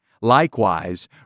Likewise